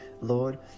lord